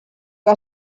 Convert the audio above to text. que